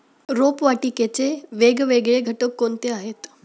रोपवाटिकेचे वेगवेगळे घटक कोणते आहेत?